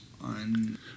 on